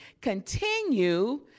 continue